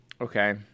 Okay